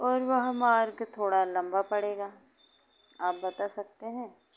और वह मार्ग थोड़ा लम्बा पड़ेगा आप बता सकते हैं